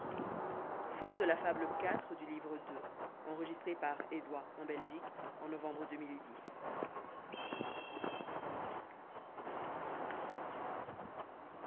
la fable n